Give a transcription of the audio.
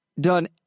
done